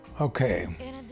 Okay